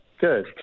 Good